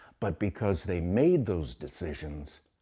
but because they made those decisions,